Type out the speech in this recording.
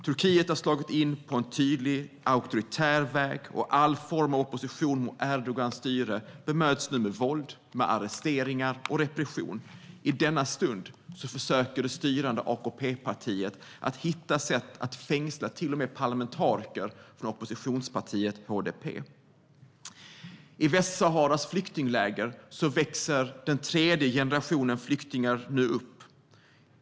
Turkiet har slagit in på en tydlig auktoritär väg, och all form av opposition mot Erdogans styre bemöts nu med våld, arresteringar och repression. I denna stund försöker det styrande AKP-partiet att hitta sätt att till och med fängsla parlamentariker från oppositionspartiet HDP. I Västsaharas flyktingläger växer den tredje generationen flyktingar nu upp.